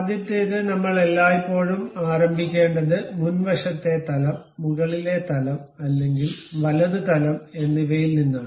ആദ്യത്തേത് നമ്മൾ എല്ലായ്പ്പോഴും ആരംഭിക്കേണ്ടത് മുൻവശത്തെ തലം മുകളിലെ തലം അല്ലെങ്കിൽ വലത് തലം എന്നിവയിൽ നിന്നാണ്